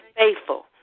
faithful